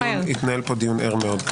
התנהל פה דיון ער מאוד.